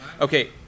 okay